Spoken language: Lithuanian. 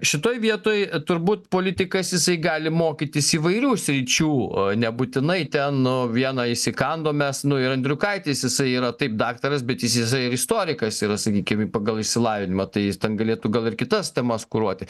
šitoj vietoj turbūt politikas jisai gali mokytis įvairių sričių nebūtinai ten nu vieną įsikandom mes nu ir andriukaitis jisai yra taip daktaras bet jis jisai ir istorikas yra sakykim pagal išsilavinimą tai jis ten galėtų gal ir kitas temas kuruoti